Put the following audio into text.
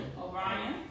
O'Brien